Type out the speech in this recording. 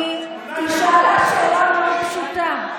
היא שאלה שאלה מאוד פשוטה.